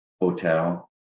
Hotel